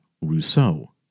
Rousseau